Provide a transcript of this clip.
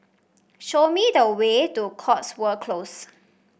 show me the way to Cotswold Close